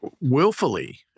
willfully